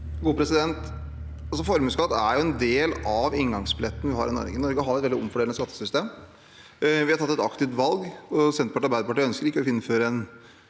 For- muesskatt er en del av inngangsbilletten vi har i Norge. I Norge har vi et veldig omfordelende skattesystem. Vi har tatt et aktivt valg, og Senterpartiet og Arbeiderpartiet ønsker ikke å innføre en